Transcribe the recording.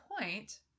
point